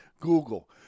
Google